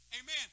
Amen